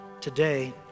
Today